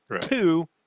Two